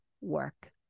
work